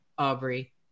Aubrey